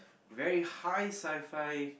very high sci fi